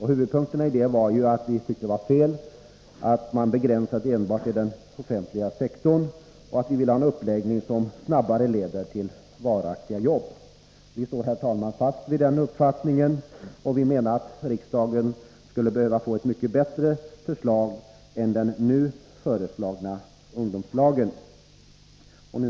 Huvudpunkterna var att vi tyckte att det var fel att man begränsade åtgärderna till enbart den offentliga sektorn och att vi ville ha en uppläggning som snabbare leder till varaktiga jobb. Vi står, herr talman, fast vid den uppfattningen, och vi menar att riksdagen skulle behöva få ett mycket bättre förslag än den nu föreslagna ungdomslagen.